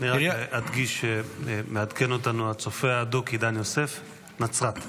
אני רק אדגיש שמעדכן אותנו הצופה האדוק עידן יוסף: נָצְרַת,